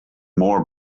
more